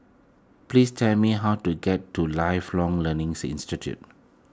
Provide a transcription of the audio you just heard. please tell me how to get to Lifelong Learning's Institute